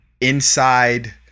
inside